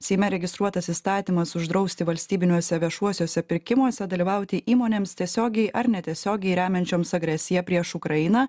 seime registruotas įstatymas uždrausti valstybiniuose viešuosiuose pirkimuose dalyvauti įmonėms tiesiogiai ar netiesiogiai remiančioms agresiją prieš ukrainą